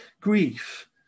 grief